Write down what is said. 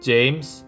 James